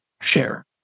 share